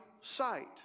sight